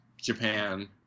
Japan